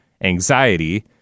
anxiety